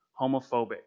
homophobic